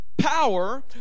power